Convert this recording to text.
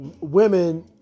women